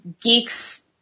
geeks